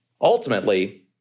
Ultimately